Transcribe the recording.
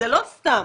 ולא סתם.